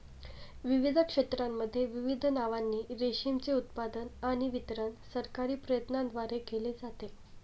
विविध क्षेत्रांमध्ये विविध नावांनी रेशीमचे उत्पादन आणि वितरण सरकारी प्रयत्नांद्वारे केले जाते